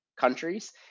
countries